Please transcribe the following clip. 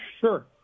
Sure